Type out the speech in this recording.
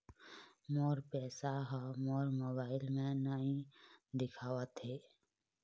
मोर पैसा ह मोर मोबाइल में नाई दिखावथे